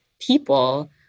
people